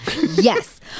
Yes